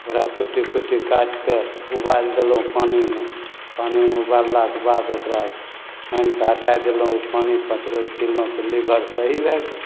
ओकरा कुट्टी कुट्टी काटिके उबालि देलहुँ पानीमे पानीमे उबाललाके बाद ओकरा छानिके हटै देलहुँ ओ पानी पाँच रोज पिलहुँ तऽ लीवर सही भै गेल